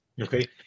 Okay